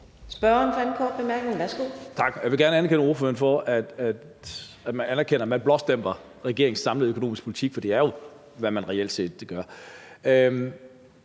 Lars Boje Mathiesen (UFG): Tak. Jeg vil gerne anerkende ordføreren for, at man anerkender, at man blåstempler regeringens samlede økonomiske politik, for det er jo, hvad man reelt set gør.